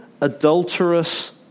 adulterous